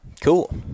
cool